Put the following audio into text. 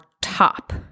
top